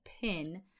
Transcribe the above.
pin